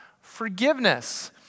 forgiveness